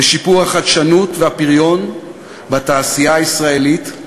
בשיפור החדשנות והפריון בתעשייה הישראלית,